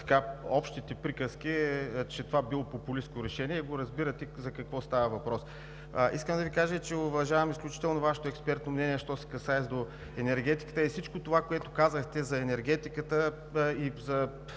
общите приказки, че това било популистко решение и разбирате за какво става въпрос. Искам да Ви кажа, че уважавам изключително Вашето експертно мнение, що се касае до енергетиката. Всичко това, което казахте за енергетиката и